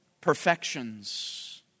perfections